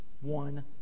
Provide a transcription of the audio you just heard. one